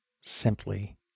simply